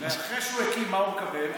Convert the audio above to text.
ואחרי שהוא הקים, מה הוא מקבל?